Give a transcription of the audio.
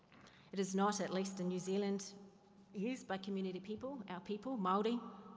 it is not at least in new zealand used by community people, our people, maori.